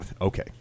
Okay